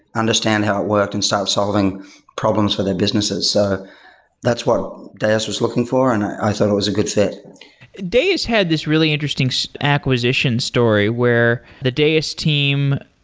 understand how it worked and start solving problems for their businesses. so that's what deis was looking for, and i thought it was a good fit deis had this really interesting so acquisition story, where the deis team,